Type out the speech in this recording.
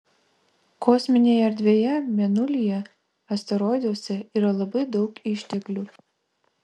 kosminėje erdvėje mėnulyje asteroiduose yra labai daug išteklių